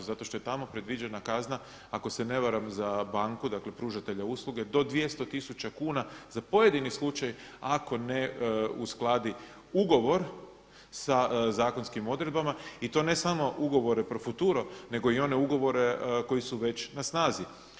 Zato što je tamo predviđena kazna ako se ne varam za banku, dakle pružatelja usluge do 200 tisuća kuna za pojedini slučaj ako ne uskladi ugovor sa zakonskim odredbama i to ne samo ugovore profuturo nego i one ugovore koji su već na snazi.